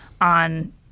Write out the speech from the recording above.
on